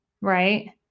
right